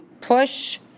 push